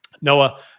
Noah